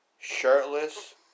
shirtless